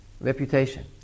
reputation